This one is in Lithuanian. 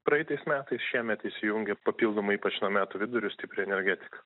praeitais metais šiemet įsijungė papildomai ypač nuo metų vidurio stipriai energetika